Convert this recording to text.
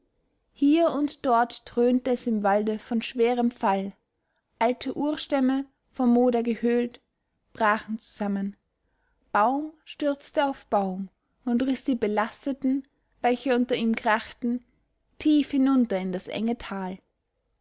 hier und dort dröhnte es im walde von schwerem fall alte urstämme vom moder gehöhlt brachen zusammen baum stürzte auf baum und riß die belasteten welche unter ihm krachten tief hinunter in das enge tal